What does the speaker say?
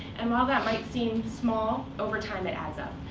and while that might seem small, over time, it adds up,